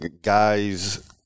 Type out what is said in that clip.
guys